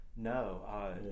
No